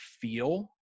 feel